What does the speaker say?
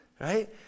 right